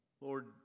Lord